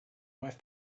wife